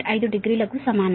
5 డిగ్రీల కు సమానం